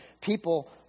people